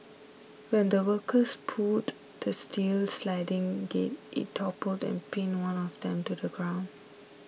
when the workers pulled the steel sliding gate it toppled and pinned one of them to the ground